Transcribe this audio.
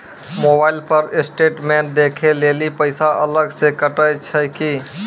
Mobile पर statement देखे लेली पैसा अलग से कतो छै की?